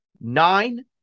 nine